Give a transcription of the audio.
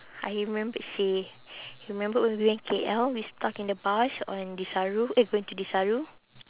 I remembered seh remembered when we went K_L we stuck in the bus on desaru eh going to desaru